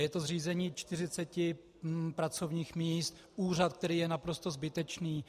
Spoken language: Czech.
Je to zřízení 40 pracovních míst, úřad, který je naprosto zbytečný.